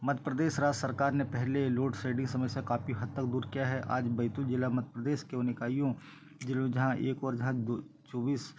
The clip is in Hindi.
मध्यप्रदेश राज्य सरकार ने पहले लॉट सेटिंग समस्या काफ़ी हद तक दूर किया है आज बैतूल जिला मध्यप्रदेश की उन इकाईयों जिलों जहाँ एक ओर जहाँ दू चौबीस